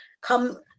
Come